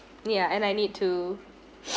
ya and I need to